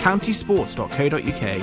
Countysports.co.uk